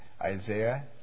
Isaiah